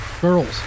Girls